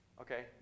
Okay